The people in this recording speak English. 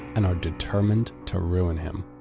and are determined to ruin him.